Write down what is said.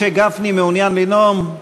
משה גפני, מעוניין לנאום?